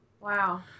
Wow